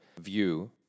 view